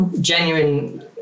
genuine